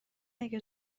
اگه